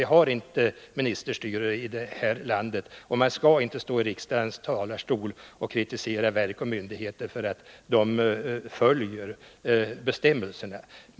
Vi har inte ministerstyre i det här landet och man kan inte stå i talarstolen här i riksdagen och kritisera verk och myndigheter för att dessa följer bestämmelserna.